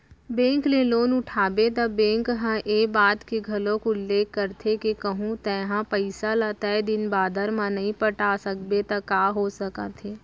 bank ले loan उठाबे त बेंक ह ए बात के घलोक उल्लेख करथे के कहूँ तेंहा पइसा ल तय दिन बादर म नइ पटा सकबे त का हो सकत हे